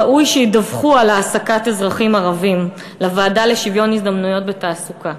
ראוי שידווחו על העסקת אזרחים ערבים לוועדה לשוויון הזדמנויות בתעסוקה.